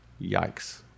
Yikes